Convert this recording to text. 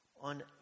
on